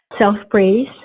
self-praise